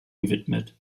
gewidmet